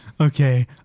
Okay